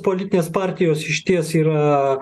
politinės partijos išties yra